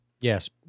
Yes